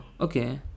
okay